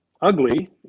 ugly